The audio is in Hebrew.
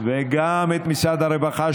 וגם את משרד הרווחה,